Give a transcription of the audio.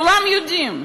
כולם יודעים.